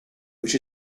which